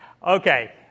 Okay